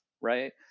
right